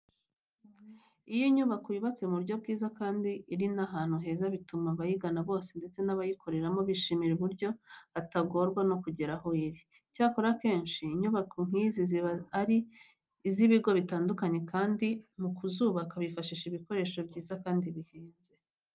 Iyo inyubako yubatse mu buryo bwiza kandi iri n'ahantu heza bituma abayigana bose ndetse n'abayikoreramo bishimira uburyo batagorwa no kugera aho iri. Icyakora akenshi inyubako nk'izi ziba ari iz'ibigo bitandukanye kandi mu kuzubaka bifashisha ibikoresho byiza kandi bihenze.